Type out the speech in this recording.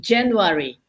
January